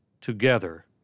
together